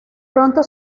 pronto